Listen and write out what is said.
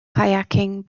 kayaking